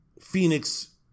Phoenix